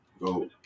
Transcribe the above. Go